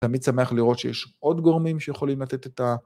תמיד שמח לראות שיש עוד גורמים שיכולים לתת את ה...